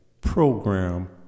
program